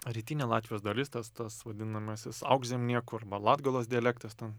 rytinė latvijos dalis tas tas vadinamasis augzemniekų arba latgalos dialektas ten